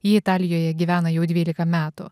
ji italijoje gyvena jau dvylika metų